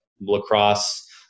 lacrosse